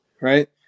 right